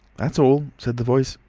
that's all, said the voice.